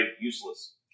useless